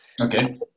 Okay